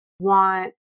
want